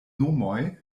nomoj